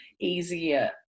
easier